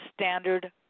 standard